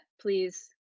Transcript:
please